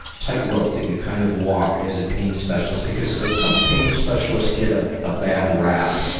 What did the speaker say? tightrope that you kind of walk as a pain specialist, because some pain specialists get ah a bad rap